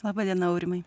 laba diena aurimai